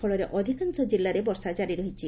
ଫଳରେ ଅଧିକାଂଶ ଜିଲ୍ଲାରେ ବର୍ଷା କାରି ରହିଛି